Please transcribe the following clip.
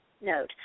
note